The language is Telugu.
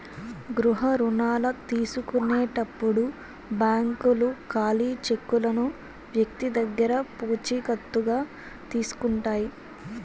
గృహ రుణాల తీసుకునేటప్పుడు బ్యాంకులు ఖాళీ చెక్కులను వ్యక్తి దగ్గర పూచికత్తుగా తీసుకుంటాయి